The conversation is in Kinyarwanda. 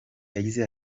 yagize